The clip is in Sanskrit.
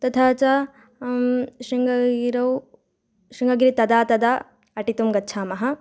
तथा च शृङ्गगिरौ शृङ्गगिरिं तदा तदा अटितुं गच्छामः